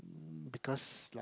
because like